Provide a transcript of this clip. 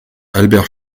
albert